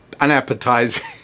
unappetizing